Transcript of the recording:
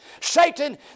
Satan